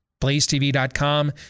BlazeTV.com